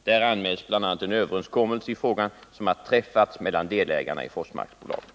Där anmäls bl.a. en överenskommelse i frågan som har träffats mellan delägarna i Forsmarksbolaget .